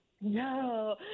No